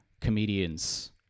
comedians